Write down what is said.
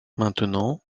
maintenant